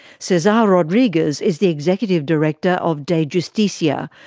cesar rodriguez is the executive director of dejusticia,